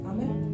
Amen